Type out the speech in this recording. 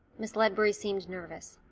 miss ledbury seemed nervous.